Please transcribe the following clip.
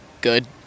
good